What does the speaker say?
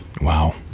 Wow